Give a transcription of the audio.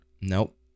nope